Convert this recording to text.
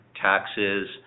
taxes